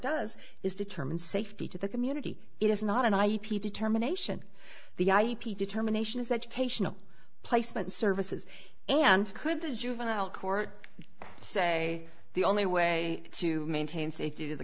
does is determine safety to the community it is not an ip determination the ip determination is education placement services and could the juvenile court say the only way to maintain safety to the